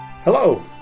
Hello